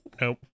nope